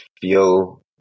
feel